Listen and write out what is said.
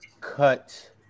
cut